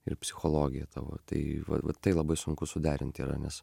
ir psichologija tavo tai vat vat tai labai sunku suderint yra nes